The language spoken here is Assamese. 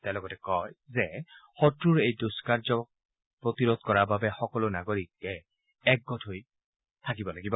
তেওঁ লগতে কয় যে শক্ৰৰ এই দুস্কাৰ্যক প্ৰতিৰোধ কৰাৰ বাবে সকলো নাগৰিকেই একগোট হৈ থাকিব লাগিব